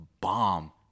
bomb